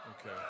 okay